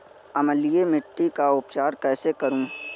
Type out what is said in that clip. अम्लीय मिट्टी का उपचार कैसे करूँ?